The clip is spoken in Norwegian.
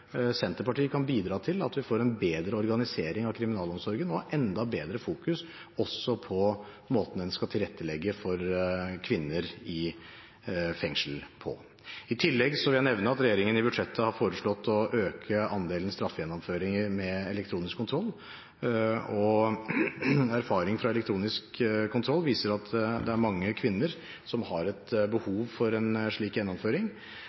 Senterpartiet kan bidra til at vi får en bedre organisering av kriminalomsorgen, og at vi fokuserer enda bedre også på måten en skal tilrettelegge for kvinner i fengsel på. I tillegg vil jeg nevne at regjeringen i budsjettet har foreslått å øke andelen straffegjennomføringer med elektronisk kontroll. Erfaring fra elektronisk kontroll viser at det er mange kvinner som har et behov for en slik gjennomføring,